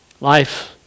Life